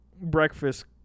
breakfast